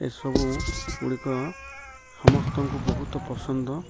ଏସବୁ ଗୁଡ଼ିକ ସମସ୍ତଙ୍କୁ ବହୁତ ପସନ୍ଦ